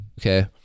Okay